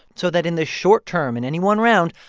so that in the short term, in any one round,